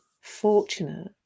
fortunate